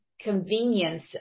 convenience